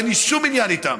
אין לי שום עניין איתם.